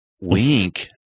Wink